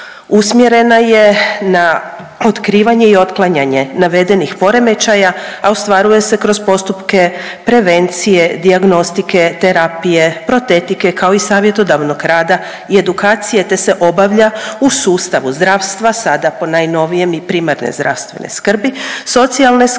Usmjerena je na otkrivanje i otklanjanje navedenih poremećaja, a ostvaruje se kroz postupke prevencije, dijagnostike, terapije, protetike kao i savjetodavnog rada i edukacije te se obavlja u sustavu zdravstva sada po najnovijem i primarne zdravstvene skrbi, socijalne skrbi,